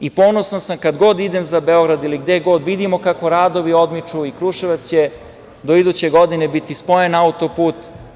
Ponosan sam kad god idem za Beograd ili gde god, pa vidimo kako radovi odmiču i Kruševac će do iduće godine biti spojen autoput.